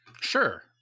sure